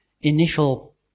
initial